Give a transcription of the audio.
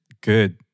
good